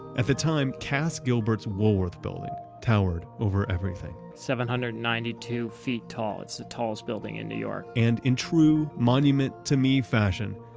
at the time cass gilbert's woolworth building towered over everything. seven hundred and ninety two feet tall, it's the tallest building in new york and in true monument to me fashion,